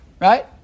Right